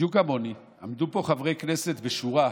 בדיוק כמוני, עמדו פה חברי כנסת בשורה,